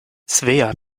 svea